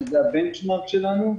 שזה --- שלנו.